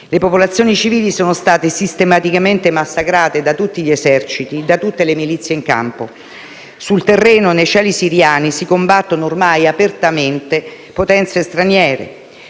le popolazioni civili sono state sistematicamente massacrate da tutti gli eserciti, da tutte le milizie in campo. Sul terreno e nei cieli siriani si combattono ormai apertamente potenze straniere: